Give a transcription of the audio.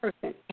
person